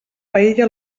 paella